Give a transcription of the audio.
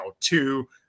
two